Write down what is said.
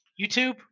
youtube